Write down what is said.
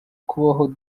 kubaho